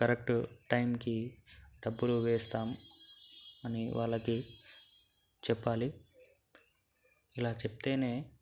correct టైంకి డబ్బులు వేస్తాము అని వాళ్ళకి చెప్పాలి ఇలా చెప్తేనే